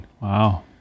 Wow